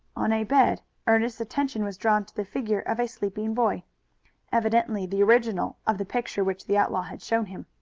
on a bed ernest's attention was drawn to the figure of a sleeping boy evidently the original of the picture which the outlaw had shown him.